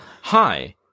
Hi